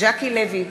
ז'קי לוי,